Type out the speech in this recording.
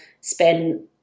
spend